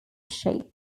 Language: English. shape